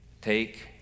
take